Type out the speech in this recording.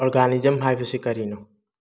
organism ꯍꯥꯏꯕꯁꯤ ꯀꯔꯤꯅꯣ